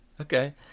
okay